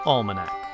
Almanac